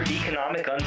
economic